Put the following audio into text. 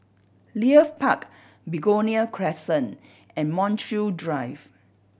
Leith Park Begonia Crescent and Montreal Drive